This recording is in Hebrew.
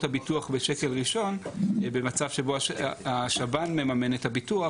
הביטוח בשקל ראשון במצב שבו השב"ן מממן את הביטוח,